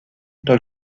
dans